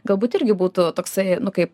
galbūt irgi būtų toksai kaip